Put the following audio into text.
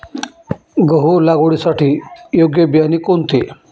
गहू लागवडीसाठी योग्य बियाणे कोणते?